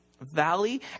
valley